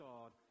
God